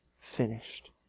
finished